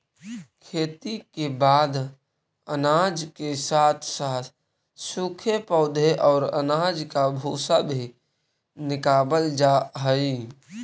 खेती के बाद अनाज के साथ साथ सूखे पौधे और अनाज का भूसा भी निकावल जा हई